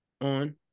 on